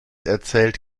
erzählt